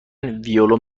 ویلون